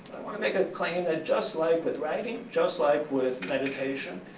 i want to make a claim that just like with writing, just like with meditation,